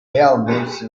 realmente